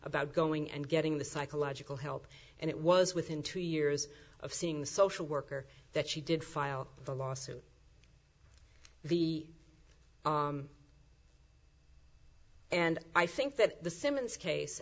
about going and getting the psychological help and it was within two years of seeing the social worker that she did file the lawsuit the and i think that the simmons case